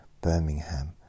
Birmingham